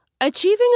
Achieving